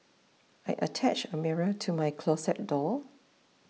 I attached a mirror to my closet door